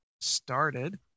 started